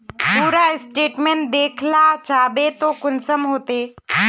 पूरा स्टेटमेंट देखला चाहबे तो कुंसम होते?